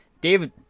David